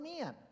men